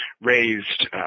raised